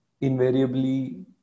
invariably